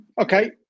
Okay